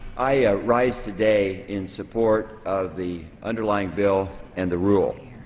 i rise today in support of the underlying bill and the rule.